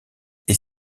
est